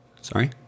Sorry